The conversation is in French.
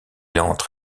entre